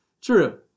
True